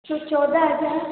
फिर चौदह हजार